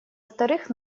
вторых